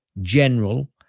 general